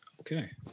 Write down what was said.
Okay